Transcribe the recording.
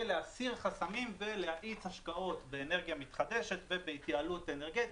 להסיר חסמים ולהאיץ השקעות באנרגיה מתחדשת ובהתייעלות אנרגטית.